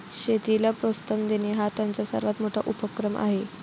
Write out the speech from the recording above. शेतीला प्रोत्साहन देणे हा त्यांचा सर्वात मोठा उपक्रम आहे